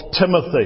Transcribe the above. Timothy